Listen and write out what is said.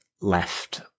left